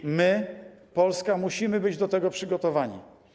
I my, Polska, musimy być do tego przygotowani.